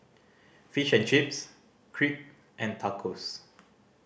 Fish and Chips Crepe and Tacos